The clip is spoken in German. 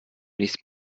nichts